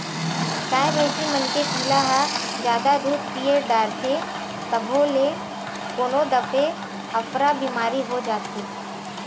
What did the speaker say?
गाय भइसी मन के पिला ह जादा दूद पीय डारथे तभो ल कोनो दफे अफरा बेमारी हो जाथे